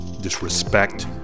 disrespect